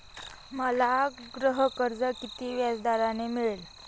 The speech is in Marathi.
मला गृहकर्ज किती व्याजदराने मिळेल?